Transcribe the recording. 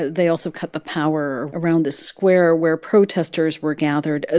they also cut the power around the square where protesters were gathered. ah